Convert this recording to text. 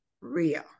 real